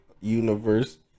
universe